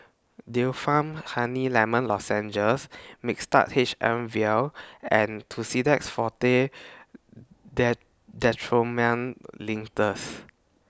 Difflam Honey Lemon Lozenges Mixtard H M Vial and Tussidex Forte Linctus